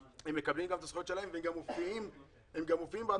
הם מקבלים את --- שלהם והם גם מופיעים בהנחה שהם הולכים לקבל.